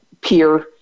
peer